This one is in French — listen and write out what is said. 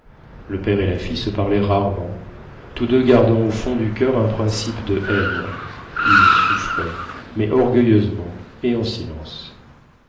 le père et la fille se parlèrent rarement tous deux gardaient au fond du coeur un principe de haine ils souffraient mais orgueilleusement et en silence